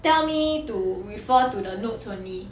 tell me to refer to the notes only